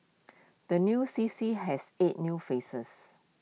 the new C C has eight new faces